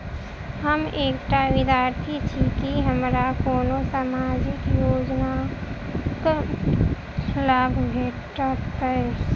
हम एकटा विद्यार्थी छी, की हमरा कोनो सामाजिक योजनाक लाभ भेटतय?